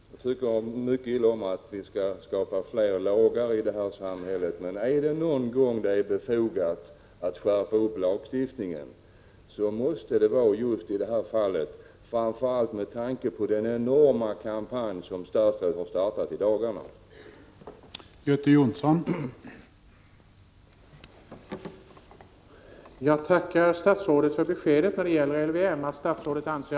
Jag tycker mycket illa om att det skapas fler lagar i vårt samhälle, men är det någon gång befogat att skärpa lagstiftningen så måste det vara just i detta — Prot, 1986/87:90 fall, framför allt med tanke på den enorma kampanj som statsrådet har 19 mars 1987